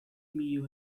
meal